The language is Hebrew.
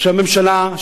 והממשלה,